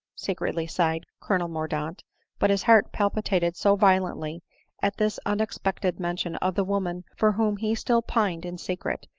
secretly sighed colonel mordaunt but his heart palpitated so violently at this unexpected mention of the woman for whom he still pined in secret,